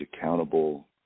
accountable